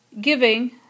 giving